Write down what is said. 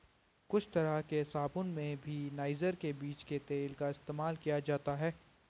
कुछ तरह के साबून में भी नाइजर के बीज के तेल का इस्तेमाल किया जाता है